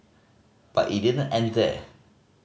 but it didn't end there